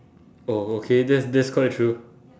oh okay that's that's quite true